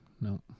No